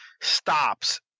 stops